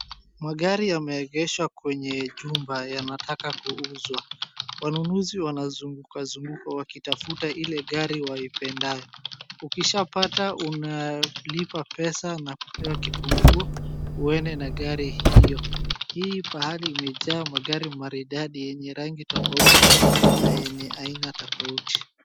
Magari yameegeshwa kwenye jumba yanataka kuuzwa, wanunuzi wanazunguka zunguka wakitafuta ile gari waipendayo, ukishapata unalipa pesa na kupewa kifunguo uende na gari hiyo. Hii pahali imejaa magari maridadi yenye rangi tofauti na yenye aina tofauti.